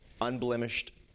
unblemished